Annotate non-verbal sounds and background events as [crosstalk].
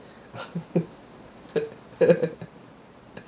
[laughs]